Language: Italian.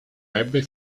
ebbe